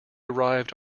arrived